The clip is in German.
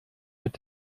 mit